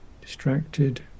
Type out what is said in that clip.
distracted